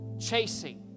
chasing